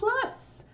plus